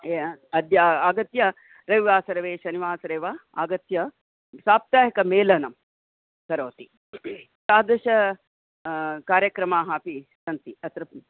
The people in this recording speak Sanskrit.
अद्य आगत्य रविवासरः शनिवासरे वा आगत्य साप्ताहिकमेेलनं करोति तादृशकार्यक्रमाः अपि सन्ति अत्र